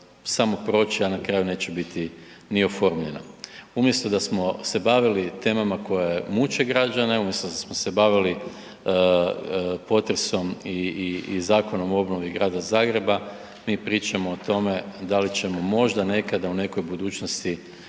samo proći, a na kraju neće biti ni oformljena. Umjesto da smo se bavili temama koje muče građane, umjesto da smo se bavili potresom i Zakonom o obnovi Grada Zagreba mi pričamo o tome da li ćemo možda nekada u nekoj budućnosti